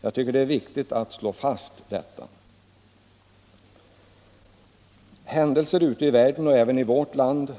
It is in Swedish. Jag tycker att det är viktigt att slå fast detta. Händelser ute i världen och även i vårt land